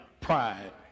pride